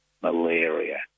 malaria